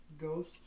Ghost